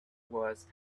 was